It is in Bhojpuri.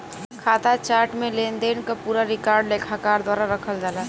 खाता चार्ट में लेनदेन क पूरा रिकॉर्ड लेखाकार द्वारा रखल जाला